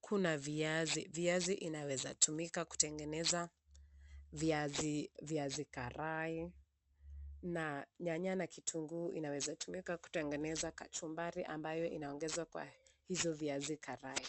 kuna viazi. Viazi inaweza ikatumika kutengeneza viazi karai na nyanya na kitunguu inaweza tumika kutengeneza kachumbari ambayo inaongezwa kwa hizo viazi karai.